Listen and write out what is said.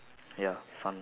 ya fun